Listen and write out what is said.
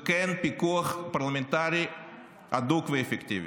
וכן פיקוח פרלמנטרי הדוק ואפקטיבי.